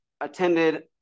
attended